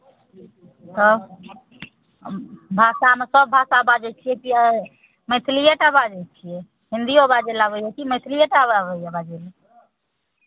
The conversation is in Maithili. तब भाषामे सभ भाषा बाजै छियै कि मैथिलिए टा बाजै छियै हिन्दिओ बाजय लेल आबैए कि मैथिलीए टा आबैए बाजय लेल